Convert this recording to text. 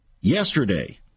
yesterday